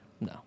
No